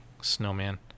snowman